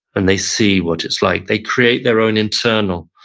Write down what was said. and they see what it's like, they create their own internal